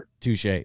Touche